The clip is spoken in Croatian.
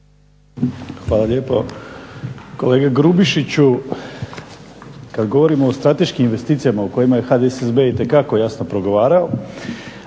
Hvala lijepo. Kolega Grubišiću kada govorimo o strateškim investicijama u kojima je HDSSB itekako jasno progovarao